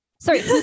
sorry